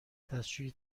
دستشویی